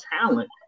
talent